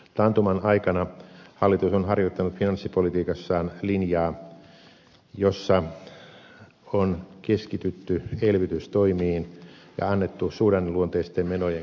taantuman aikana hallitus on harjoittanut finanssipolitiikassaan linjaa jossa on keskitytty elvytystoimiin ja annettu suhdanneluonteisten menojen kasvaa